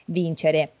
vincere